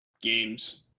Games